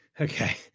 Okay